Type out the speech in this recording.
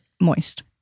moist